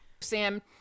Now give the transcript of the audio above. Sam